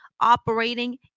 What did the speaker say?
operating